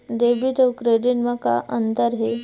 Debit अउ credit म का अंतर हे?